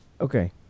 Okay